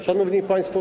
Szanowni Państwo!